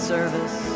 Service